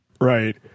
Right